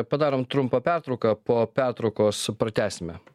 padarom trumpą pertrauką po pertraukos pratęsime